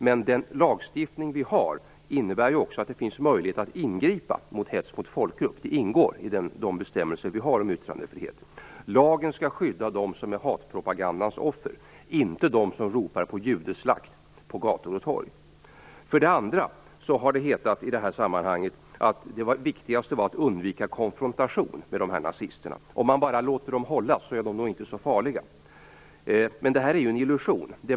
Men den lagstiftning vi har innebär ju också att det finns möjlighet att ingripa mot hets mot folkgrupp. Det ingår i de bestämmelser vi har om yttrandefrihet. Lagen skall skydda dem som är hatpropagandans offer, inte dem som ropar på judeslakt. Det har i det här sammanhanget hetat att det viktigaste varit att undvika konfrontation med nazisterna: Om man bara låter dem hållas är de nog inte så farliga. Det är ju en illusion.